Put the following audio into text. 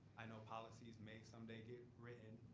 i know policies may someday get written,